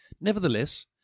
Nevertheless